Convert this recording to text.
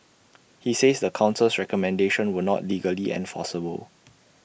he says the Council's recommendations were not legally enforceable